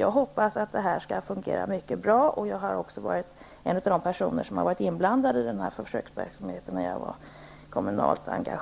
Jag hoppas att det här skall fungera mycket bra, och jag har medan jag var kommunalt engagerad varit en av dem som varit inblandade i denna försöksverksamhet. Det är riktigt